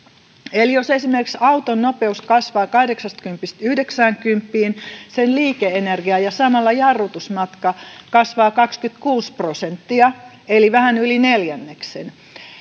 jos esimerkiksi auton nopeus kasvaa kahdeksastakympistä yhdeksäänkymppiin sen liike energia ja samalla jarrutusmatka kasvaa kaksikymmentäkuusi prosenttia eli vähän yli neljänneksen